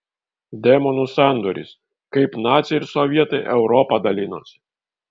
demonų sandoris kaip naciai ir sovietai europą dalinosi